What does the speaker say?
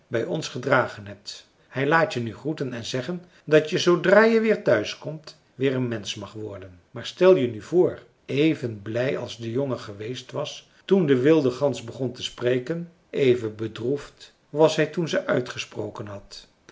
bij ons gedragen hebt hij laat je nu groeten en zeggen dat je zoodra je weer thuiskomt weer een mensch mag worden maar stel je nu voor even blij als de jongen geweest was toen de wilde gans begon te spreken even bedroefd was hij toen ze uitgesproken had